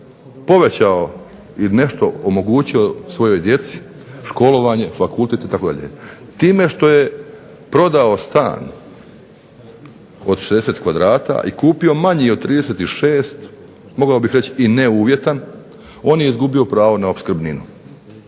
povećao i nešto omogućio svojoj djeci, školovanje, fakultet itd. Time što je prodao stan od 60 kvadrata i kupio manji od 36, mogao bih reći i neuvjetan, on je izgubio pravo na opskrbninu